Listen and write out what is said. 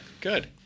Good